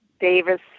Davis